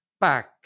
back